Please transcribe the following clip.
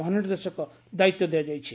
ମହାନିର୍ଦ୍ଦେଶକ ଦାୟିତ୍ ଦିଆଯାଇଛି